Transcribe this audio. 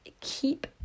keep